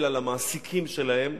אלא למעסיקים שלהן.